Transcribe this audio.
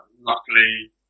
luckily